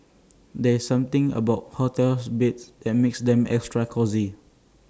there's something about hotel beds that makes them extra cosy